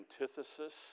antithesis